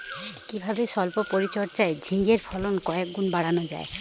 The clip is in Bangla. কিভাবে সল্প পরিচর্যায় ঝিঙ্গের ফলন কয়েক গুণ বাড়ানো যায়?